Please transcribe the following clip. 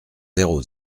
zéro